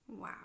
Wow